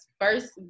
first